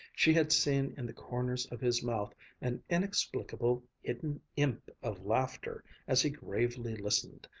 she had seen in the corners of his mouth an inexplicable hidden imp of laughter as he gravely listened,